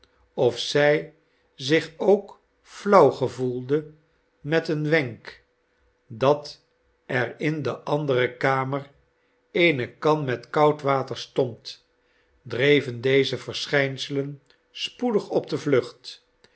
of zij zich ook flauw gevoelde met een wenk dat er in de andere kamer eene kan met koud water stond dreven deze verschijnselen spoedig op de vlucht